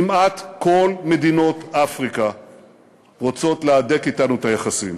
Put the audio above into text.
כמעט כל מדינות אפריקה רוצות להדק אתנו את היחסים.